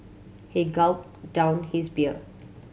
he gulped down his beer